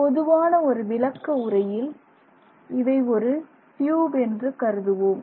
பொதுவான ஒரு விளக்க உரையில் இவை ஒரு டியூப் என்று கருதுவோம்